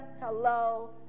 hello